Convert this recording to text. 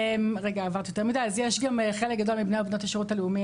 אז יש גם חלק גדול מבני ובנות השירות הלאומי